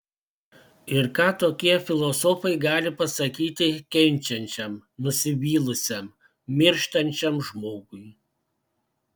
ir ką tokie filosofai gali pasakyti kenčiančiam nusivylusiam mirštančiam žmogui